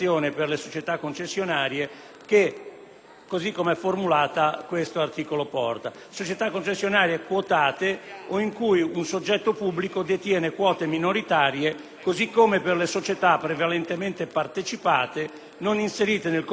nel provvedimento a danno delle società concessionarie quotate o in cui un soggetto pubblico detiene quote minoritarie, così come per le società prevalentemente partecipate non inserite nel conto economico consolidato della pubblica amministrazione.